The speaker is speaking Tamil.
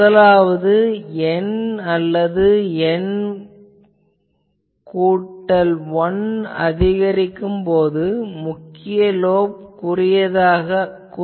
முதலாவது N அல்லது N கூட்டல் 1 அதிகரிக்கும் போது முக்கிய லோப் மிகவும் குறுகியதாக ஆகிறது